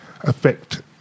affect